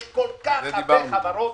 יש כל כך הרבה חברות.